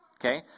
okay